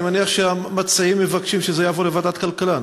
אני מניח שהמציעים מבקשים שזה יעבור לוועדת כלכלה,